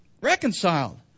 reconciled